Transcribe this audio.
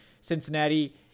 Cincinnati